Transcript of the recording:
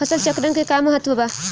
फसल चक्रण क का महत्त्व बा?